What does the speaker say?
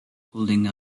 holding